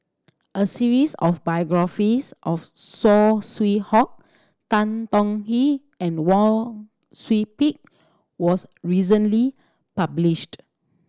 a series of biographies of Saw Swee Hock Tan Tong Hye and Wang Sui Pick was recently published